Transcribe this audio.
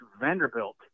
Vanderbilt